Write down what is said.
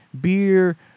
beer